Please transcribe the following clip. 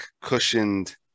cushioned